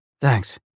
Thanks